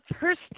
first